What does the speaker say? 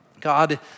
God